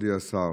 מכובדי השר,